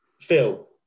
Phil